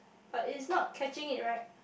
but it's not catching it right